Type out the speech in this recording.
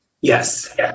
Yes